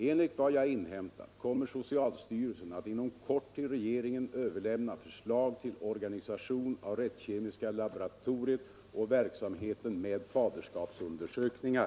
Enligt vad jag inhämtat kommer socialstyrelsen att inom kort till regeringen överlämna förslag till organisation av rättskemiska laboratoriet och verksamheten med faderskapsundersökningar.